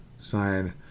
sign